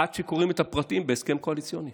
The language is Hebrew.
עד שקוראים את הפרטים בהסכם קואליציוני